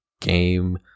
game